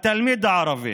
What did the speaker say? התלמיד הערבי,